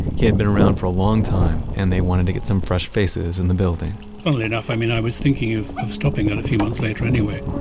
he had been around for a long time, and they wanted to get some fresh faces in the building funnily enough, i mean, i was thinking of of stopping it a few months later anyway